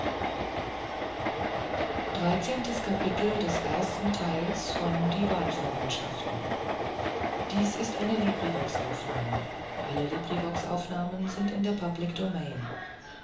werden dies ist